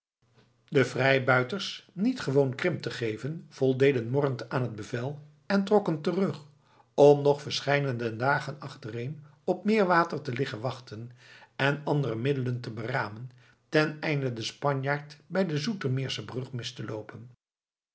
de vrijbuiters niet gewoon krimp te geven voldeden morrend aan het bevel en trokken terug om nog verscheidene dagen achtereen op meer water te liggen wachten en andere middelen te beramen teneinde den spanjaard bij de zoetermeersche brug mis te loopen